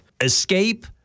escape